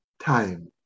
time